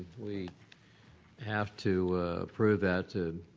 we have to approve that to,